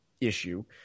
issue